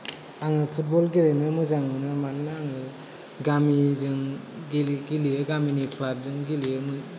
आङो फुटबल गेलेनो मोजां मोनो मानोना आङो गामिजों गेले गेलेयो गामिनि क्लाबजों गेलेयो